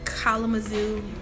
Kalamazoo